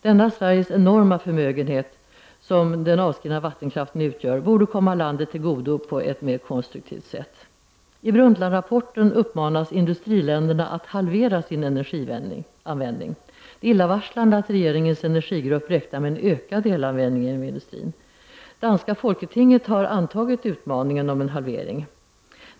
Denna Sveriges enorma förmögenhet, som den avskrivna vattenkraften utgör, borde komma landet tillgodo på ett mer konstruktivt sätt. I Brundtlandrapporten uppmanas industriländerna att halvera sin energianvändning. Det är illavarslande att regeringens energigrupp räknar med en ökad elanvändning inom industrin. Danska folketinget har antagit utmaningen om en halvering.